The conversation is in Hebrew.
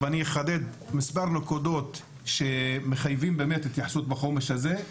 אני אחדד מספר נקודות שמחייבות התייחסות בחומש הזה.